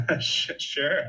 sure